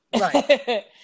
Right